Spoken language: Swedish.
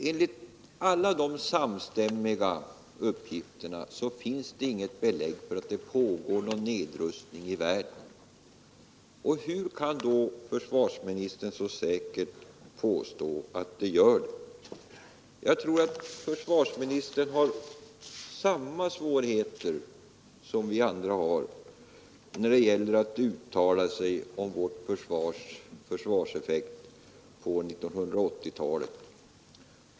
Enligt alla dessa samstämmiga uppgifter finns det inget belägg för att någon nedrustning pågår i världen. Hur kan då försvarsministern så säkert påstå att så är fallet? Jag tror att försvarsministern har samma svårigheter som vi andra när det gäller att uttala sig om vår försvarseffekt på 1980-talet.